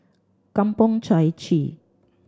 Kampong Chai Chee